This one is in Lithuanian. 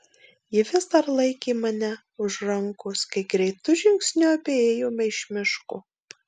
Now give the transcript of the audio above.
ji vis dar laikė mane už rankos kai greitu žingsniu abi ėjome iš miško